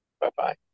Bye-bye